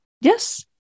Yes